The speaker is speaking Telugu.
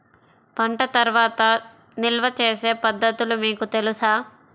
పంట తర్వాత నిల్వ చేసే పద్ధతులు మీకు తెలుసా?